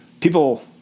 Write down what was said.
people